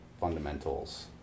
fundamentals